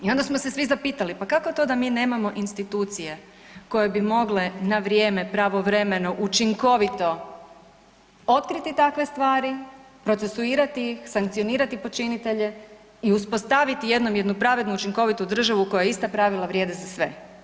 I onda smo se svi zapitali pa kako to da mi nemamo institucije koje bi mogle na vrijeme, pravovremeno, učinkovito otkriti takve stvari, procesuirati, sankcionirati počinitelje i uspostaviti jednom jednu pravednu, učinkovitu država u kojoj ista pravila vrijede za sve.